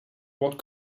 what